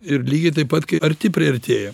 ir lygiai taip pat kai arti priartėja